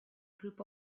group